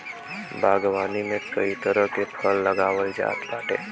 बागवानी में कई तरह के फल लगावल जात बाटे